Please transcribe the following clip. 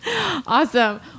awesome